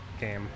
game